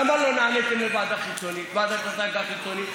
למה לא נעניתם לוועדת השגה חיצונית?